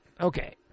Okay